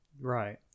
Right